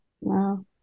Wow